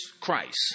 Christ